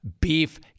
beef